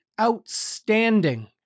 outstanding